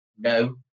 no